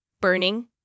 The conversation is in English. burning